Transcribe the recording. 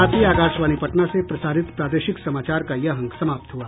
इसके साथ ही आकाशवाणी पटना से प्रसारित प्रादेशिक समाचार का ये अंक समाप्त हुआ